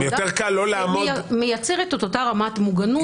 עבודה ומייצרת את אותה רמת מוגנות טובה.